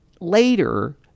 later